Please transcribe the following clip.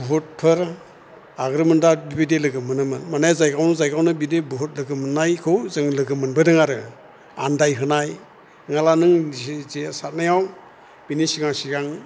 बुहुतफोर आग्रोमोन्दा बिदि लोगो मोनोमोन माने जायगायावनो जायगायावनो बिदि बुहुत लोगो मोननायखौ जों लोगो मोनबोदों आरो आन्दायहोनाय नङाब्ला नों जे जे सारनायाव बिनि सिगां सिगां